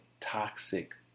Toxic